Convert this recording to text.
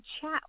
chat